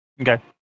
Okay